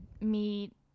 meet